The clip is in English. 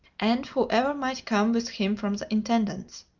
and whoever might come with him from the intendant's.